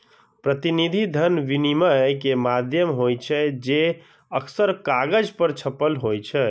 प्रतिनिधि धन विनिमय के माध्यम होइ छै, जे अक्सर कागज पर छपल होइ छै